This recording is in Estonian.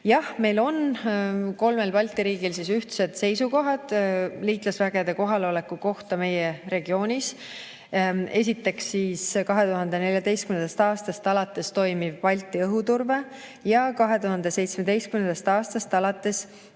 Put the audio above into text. Jah, kolmel Balti riigil on ühtsed seisukohad liitlasvägede kohaloleku kohta meie regioonis. Esiteks, 2014. aastast alates toimiv Balti õhuturve ja 2017. aastast alates